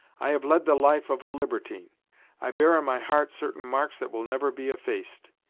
i have led the life of a libertine i bear on my heart certain marks that will never be effaced.